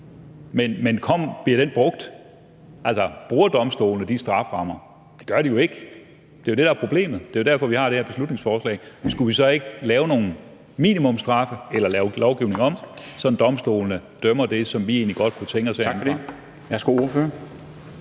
Men bliver den brugt? Altså, bruger domstolene de strafferammer? Det gør de jo ikke. Det er jo det, der er problemet, og det er derfor, vi har det her beslutningsforslag. Skulle vi så ikke lave nogle minimumsstraffe eller lave lovgivningen om, så domstolene dømmer det, som vi egentlig godt kunne tænke os herindefra? Kl.